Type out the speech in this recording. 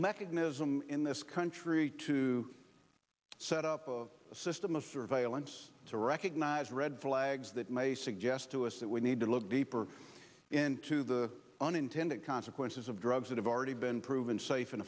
mechanism in this country to set up of a system of surveillance to recognize red flags that may suggest to us that we need to look deeper into the unintended consequences of drugs that have already been proven safe and